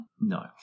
No